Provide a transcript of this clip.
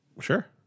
sure